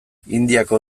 indiako